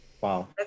Wow